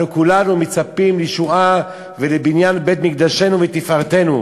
אנחנו כולנו מצפים לישועה ולבניין בית-מקדשנו ותפארתנו.